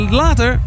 later